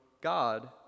God